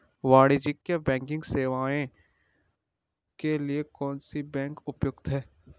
वाणिज्यिक बैंकिंग सेवाएं के लिए कौन सी बैंक उपयुक्त है?